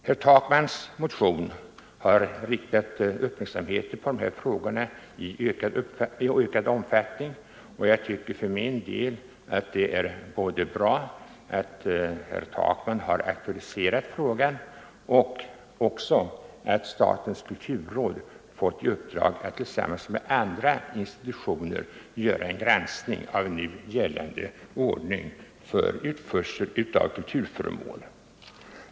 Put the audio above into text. Herr Takmans motion har i ökad omfattning riktat uppmärksamheten på dessa frågor, och jag tycker för min del att det är bra både att herr Takman aktualiserat frågan och att statens kulturråd fått i uppdrag att tillsammans med andra institutioner göra en granskning av nu gällande ordning för utförsel av kulturföremål.